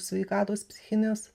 sveikatos psichinės